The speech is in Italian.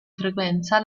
frequenza